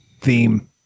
theme